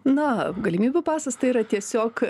na galimybių pasas tai yra tiesiog